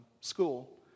school